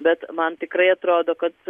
bet man tikrai atrodo kad